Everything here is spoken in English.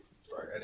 Sorry